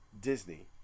Disney